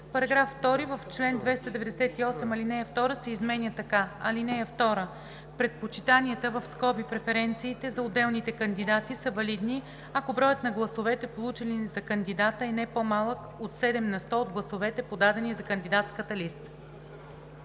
§ 2: „§ 2. В чл. 298 ал. 2 се изменя така: „(2) Предпочитанията (преференциите) за отделните кандидати са валидни, ако броят на гласовете, получени за кандидата, е не по-малък от 7 на сто от гласовете, подадени за кандидатската листа.“